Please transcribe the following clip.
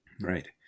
Right